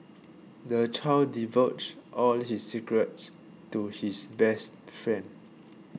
the child divulged all his secrets to his best friend